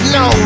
no